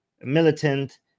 militant